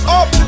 up